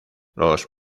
los